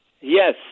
yes